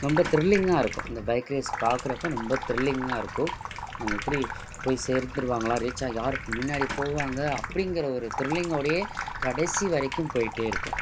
ரொம்ப த்ரில்லிங்காக இருக்கும் இந்த பைக் ரேஸ் பாக்கறப்போ ரொம்ப த்ரில்லிங்காக இருக்கும் அவங்க எப்படி போய் சேர்ந்துருவாங்களா ரீச்சாக யார் முன்னாடி போவாங்க அப்படிங்கிற ஒரு த்ரில்லிங்கோடையே கடைசி வரைக்கும் போயிகிட்டே இருக்கும்